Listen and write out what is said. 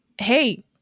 hey